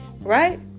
right